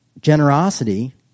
Generosity